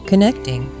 Connecting